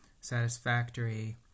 satisfactory